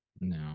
No